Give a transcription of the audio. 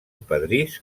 pedrís